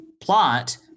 plot